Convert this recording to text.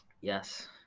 yes